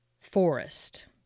forest